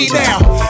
now